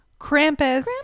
Krampus